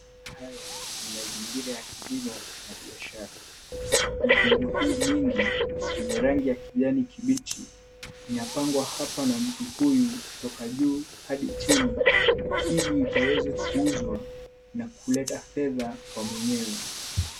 Haya ni mazingira ya kilimo na biashara. Mikungu hii mingi yenye rangi ya kijani kibichi inapangwa hapa na mtu huyu kutoka juu hadi chini ili ikaweze kuuzwa na kuleta fedha kwa mwenyewe.